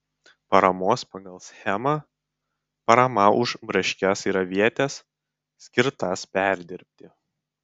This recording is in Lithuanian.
paramos pagal schemą parama už braškes ir avietes skirtas perdirbti